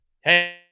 Hey